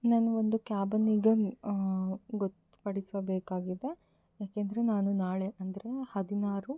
ನನಗೊಂದು ಕ್ಯಾಬನ್ನ ಈಗ ಗೊತ್ತುಪಡಿಸಬೇಕಾಗಿದೆ ಯಾಕೆಂದರೆ ನಾನು ನಾಳೆ ಅಂದರೆ ಹದಿನಾರು